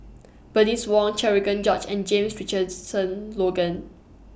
Bernice Wong Cherian George and James Richardson Logan